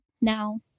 now